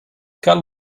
cal